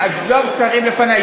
עזוב שרים לפני.